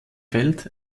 feld